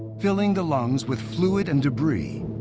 filling the lungs with fluid and debris,